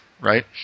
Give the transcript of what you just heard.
right